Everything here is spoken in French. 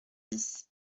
bis